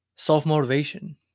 Self-motivation